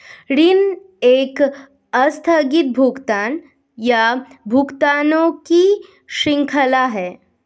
ऋण एक आस्थगित भुगतान, या भुगतानों की श्रृंखला है